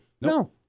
no